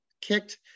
kicked